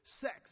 sex